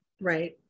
Right